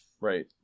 right